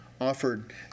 offered